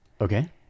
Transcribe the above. okay